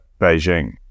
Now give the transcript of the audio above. beijing